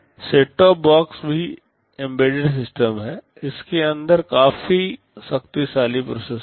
set top box भी embedded system हैं उनके अंदर काफी शक्तिशाली प्रोसेसर हैं